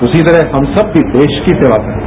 उसी तरह हम सब भी देश की सेवा करते हैं